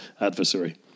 adversary